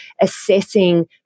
assessing